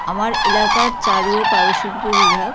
আমার এলাকার চারু ও কারুশিল্প বিভাগ